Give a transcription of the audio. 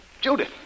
Judith